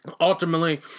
Ultimately